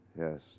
Yes